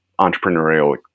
entrepreneurial